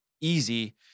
easy